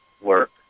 work